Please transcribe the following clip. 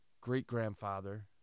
great-grandfather